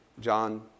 John